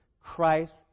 Christ